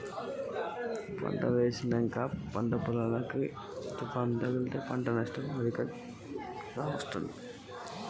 పంట వేసినంక తుఫాను అత్తే ఎట్లాంటి నష్టం జరుగుద్ది?